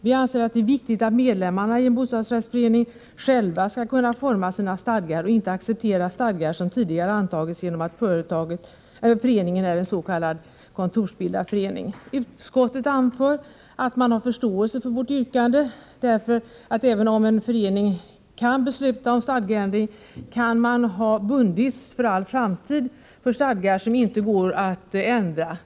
Vi anser att det är viktigt att medlemmarna i en bostadsrättsförening själva skall kunna forma sina stadgar och inte behöva acceptera stadgar som tidigare har antagits genom föreningen eller s.k. kontorsbildad förening. Utskottet anför att man har förståelse för vårt yrkande, därför att även om en förening kan besluta om stadgeändring, kan man ha bundits för all framtid för stadgar som inte går att ändra.